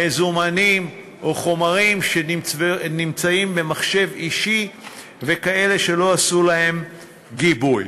מזומנים או חומרים שנמצאים במחשב אישי וכאלה שלא עשו להם גיבוי.